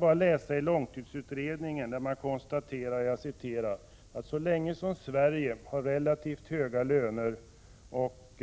I långtidsutredningens betänkande konstateras: ”Så länge som Sverige har relativt höga löner och